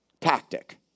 tactic